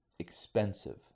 Expensive